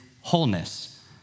wholeness